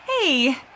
hey